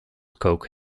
coke